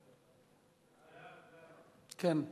ועדת הכנסת להעביר את הצעת חוק להסדרת הפיקוח על כלבים (תיקון,